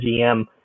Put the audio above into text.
GM